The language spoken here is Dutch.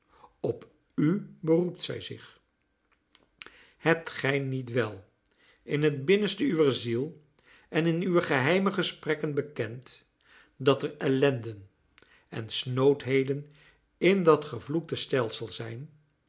doorstaan op u beroept zij zich hebt gij niet wel in het binnenste uwer ziel en in uwe geheime gesprekken bekend dat er ellenden en snoodheden in dat gevloekte stelsel zijn